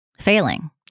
failing